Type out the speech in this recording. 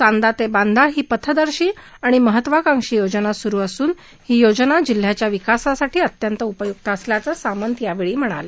चांदा ते बांदा ही पथदर्शी ाणि महत्वाकांक्षी योजना सुरू असून ही योजना जिल्ह्याच्या विकासासाठी अत्यंत उपयुक्त असल्याचं सामंत यावेळी म्हणाले